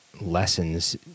lessons